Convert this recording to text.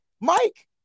Mike